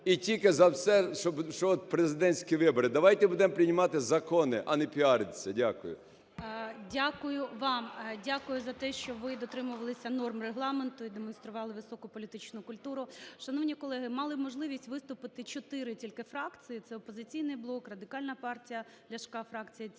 і тільки за все, що от президентські вибори. Давайте будемо приймати закони, а не піаритись. Дякую. ГОЛОВУЮЧИЙ. Дякую вам. Дякую за те, що ви дотримувались норм Регламенту і демонстрували високу політичну культуру. Шановні колеги, мали можливість виступити чотири тільки фракцій: це "Опозиційний блок", Радикальна партія Ляшка, фракція цієї